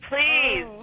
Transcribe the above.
please